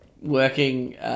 working